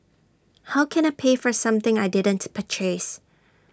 how can I pay for something I didn't purchase